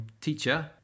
teacher